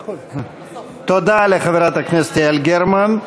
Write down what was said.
תודה לחברת הכנסת יעל גרמן.